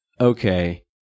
okay